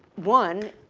one,